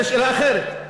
זו שאלה אחרת.